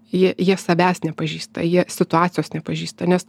jie jie savęs nepažįsta jie situacijos nepažįsta nes